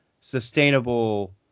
sustainable